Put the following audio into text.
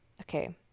Okay